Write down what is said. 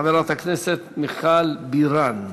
חברת הכנסת מיכל בירן.